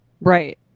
Right